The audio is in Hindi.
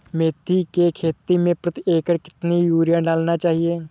मेथी के खेती में प्रति एकड़ कितनी यूरिया डालना चाहिए?